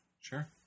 Sure